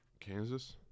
Kansas